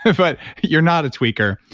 but you're not a tweaker.